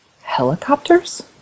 Helicopters